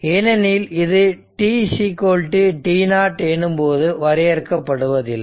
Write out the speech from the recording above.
ஏனெனில் இது t t0 எனும்போது வரையறுக்கப்படுவதில்லை